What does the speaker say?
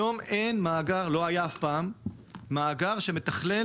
היום אין, ולא היה אף פעם, מאגר שמתכלל